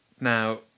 Now